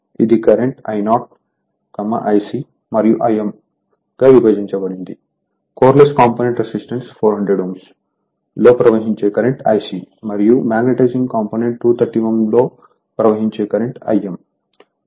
ఇది current I0Ic మరియు Im విభజించబడింది కోర్లెస్ కాంపోనెంట్ రెసిస్టెన్స్ 400Ω లో ప్రవహించే కరెంట్ Ic మరియు మాగ్నెటైజింగ్ కాంపోనెంట్ 231 Ω లో ప్రవహించే కరెంట్ Im